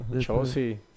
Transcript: Chelsea